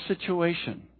situation